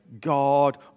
God